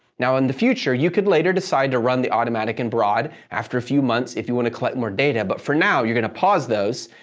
now, in the future, you could later decide to run the automatic and broad after a few months, if you want to collect more data, but for now, you're going to pause those,